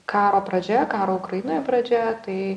karo pradžia karo ukrainoje pradžia tai